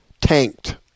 tanked